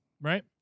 right